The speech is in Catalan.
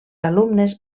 alumnes